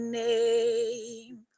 name